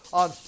on